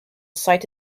side